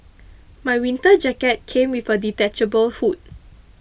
my winter jacket came with a detachable hood